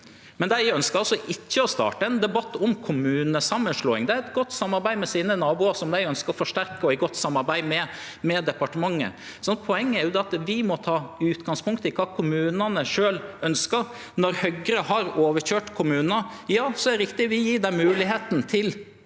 Dei ønskjer ikkje å starte ein debatt om kommunesamanslåing. Dei har eit godt samarbeid med sine naboar som dei ønskjer å forsterke, og eit godt samarbeid med departementet. Poenget er at vi må ta utgangspunkt i kva kommunane sjølve ønskjer. Når Høgre har overkøyrd kommunar, ja, så er det rett at vi gjer det mogleg for